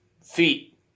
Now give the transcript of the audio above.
feet